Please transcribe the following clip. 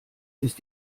ist